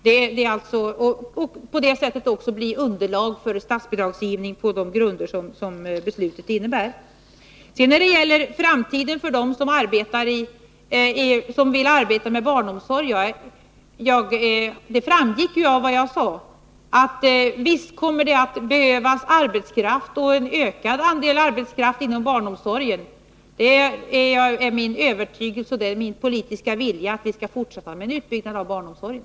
Det är kostnaderna för verksamheten som bildar underlag för statsbidragsgivningen enligt de grunder som riksdagsbeslutet innebär. När det gäller framtiden för dem som arbetar inom barnomsorgen framgick av vad jag sade att det helt visst kommer att behövas arbetskraft — och en ökad andel arbetskraft — inom barnomsorgen. Det är min övertygelse och det är min politiska vilja att vi skall fortsätta med en utbyggnad av barnomsorgen.